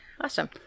Awesome